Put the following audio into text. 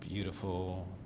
beautiful,